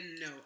no